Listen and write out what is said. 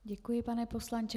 Děkuji, pane poslanče.